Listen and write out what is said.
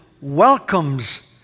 welcomes